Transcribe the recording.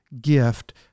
gift